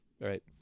right